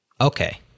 Okay